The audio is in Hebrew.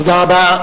תודה רבה.